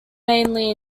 mainly